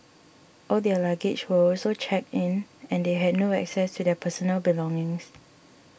all their luggage were also checked in and they had no access to their personal belongings